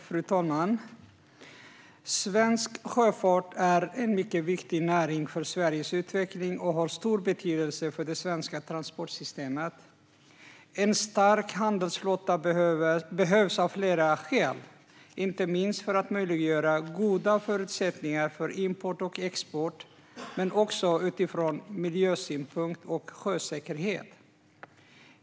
Fru talman! Svensk sjöfart är en mycket viktig näring för Sveriges utveckling och har stor betydelse för det svenska transportsystemet. En stark handelsflotta behövs av flera skäl, inte minst för att möjliggöra goda förutsättningar för import och export men också utifrån miljösynpunkt och sjösäkerhet.